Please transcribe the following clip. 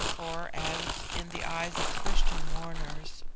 or as, in the eyes of christian mourners,